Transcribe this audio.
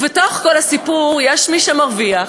ובתוך כל הסיפור יש מי שמרוויח,